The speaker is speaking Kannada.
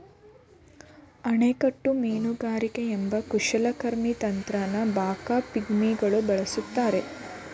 ಅಣೆಕಟ್ಟು ಮೀನುಗಾರಿಕೆ ಎಂಬ ಕುಶಲಕರ್ಮಿ ತಂತ್ರನ ಬಾಕಾ ಪಿಗ್ಮಿಗಳು ಬಳಸ್ತಾರೆ